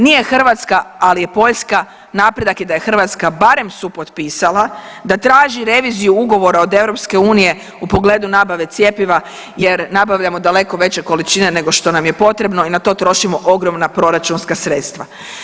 Nije Hrvatska ali je Poljska, napredak je da je Hrvatska barem supotpisala da traži reviziju ugovora od EU u pogledu nabave cjepiva jer nabavljamo daleko veće količine nego što nam je potrebno i na to trošimo ogromna proračunska sredstva.